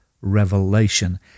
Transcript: revelation